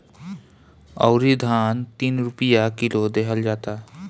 अउरी धान तीन रुपिया किलो देहल जाता